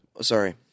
sorry